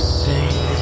sing